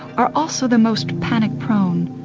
are also the most panic prone.